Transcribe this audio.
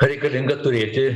reikalinga turėti